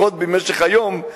לפחות במשך היום,